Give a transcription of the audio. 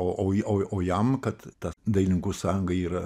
o o o o jam kad ta dailininkų sąjunga yra